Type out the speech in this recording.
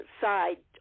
side